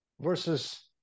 versus